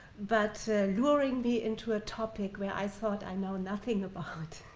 but luring me into a topic where i thought i know nothing about